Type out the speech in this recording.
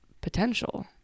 potential